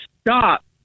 stop